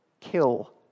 kill